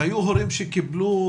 והיו הורים שקיבלו?